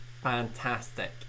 fantastic